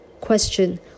Question